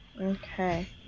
Okay